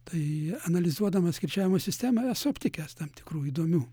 tai analizuodamas kirčiavimo sistemą esu aptikęs tam tikrų įdomių